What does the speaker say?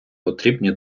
потрібні